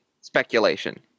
speculation